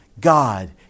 God